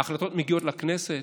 ההחלטות מגיעות לכנסת,